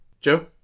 Joe